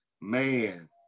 man